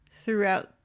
throughout